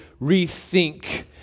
rethink